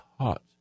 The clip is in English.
hot